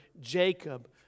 Jacob